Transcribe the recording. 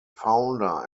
founder